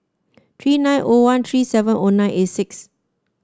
three nine O one three seven O nine eight six